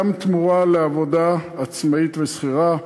גם תמורה לעבודה עצמאית ושכירה,